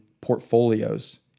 portfolios